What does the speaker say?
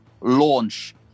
launch